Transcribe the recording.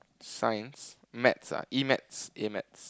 Science maths ah E-maths A-maths